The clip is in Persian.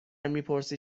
میپرسی